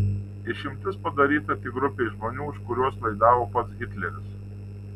išimtis padaryta tik grupei žmonių už kuriuos laidavo pats hitleris